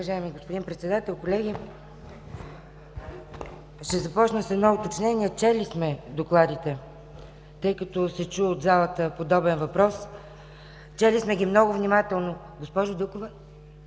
Уважаеми господин Председател, колеги, ще започна с едно уточнение: чели сме докладите, тъй като се чу от залата подобен въпрос. Чели сме ги много внимателно – госпожо Дукова,